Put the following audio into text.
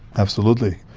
absolutely.